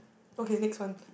okay next one